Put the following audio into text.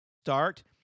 start